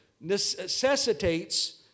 necessitates